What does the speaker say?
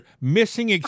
Missing